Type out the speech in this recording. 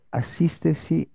assistersi